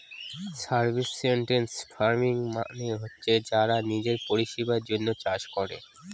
subsistence farming মানে হচ্ছে যারা নিজের পরিবারের জন্য চাষ করে